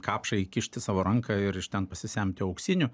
kapšą įkišti savo ranką ir iš ten pasisemti auksinių